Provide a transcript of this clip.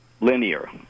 linear